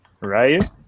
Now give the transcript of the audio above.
Right